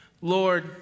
Lord